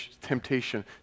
temptation